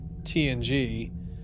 TNG